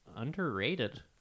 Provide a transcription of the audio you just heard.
underrated